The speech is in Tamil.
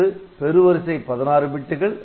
ஒன்று பெரு வரிசை 16 பிட்டுகள்